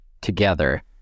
together